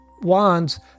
wands